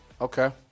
Okay